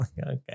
Okay